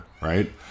right